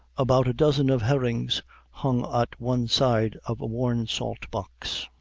about a dozen of herrings hung at one side of a worn salt-box,